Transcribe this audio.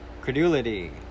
credulity